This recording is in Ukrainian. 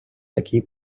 такий